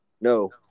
No